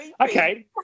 Okay